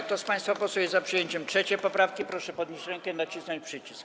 Kto z państwa posłów jest za przyjęciem 3. poprawki, proszę podnieść rękę i nacisnąć przycisk.